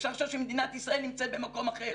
אפשר לחשוב שמדינת ישראל נמצאת במקום אחר,